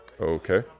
Okay